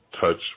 touch